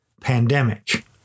pandemic